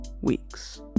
weeks